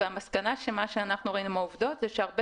המסקנה של מה שאנחנו ראינו מן העובדות היא שהרבה